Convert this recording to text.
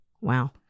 wow